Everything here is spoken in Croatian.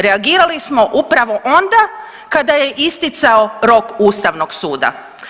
Reagirali smo upravo onda kada je isticao rok Ustavnog suda.